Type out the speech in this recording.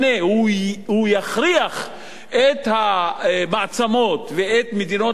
הוא יכריח את המעצמות ואת מדינות המזרח